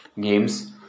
games